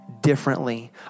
differently